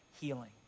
healing